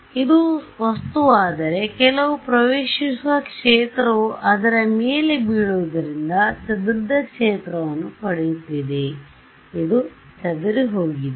ಆದ್ದರಿಂದ ಇದು ವಸ್ತುವಾದರೆ ಕೆಲವು ಪ್ರವೇಶಿಸುವ ಕ್ಷೇತ್ರವು ಅದರ ಮೇಲೆ ಬೀಳುವುದರಿಂದ ಚದುರಿದ ಕ್ಷೇತ್ರವನ್ನು ಪಡೆಯುತ್ತಿದೆ ಇದು ಚದುರಿಹೋಗಿದೆ